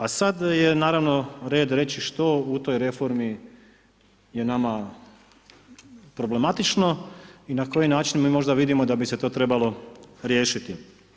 A sad je naravno red reći što u toj reformi je nama problematično i na koji način mi možda vidimo da bi se to trebalo riješiti.